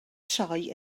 troi